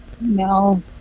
No